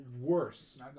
worse